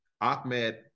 Ahmed